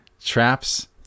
traps